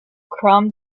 crumb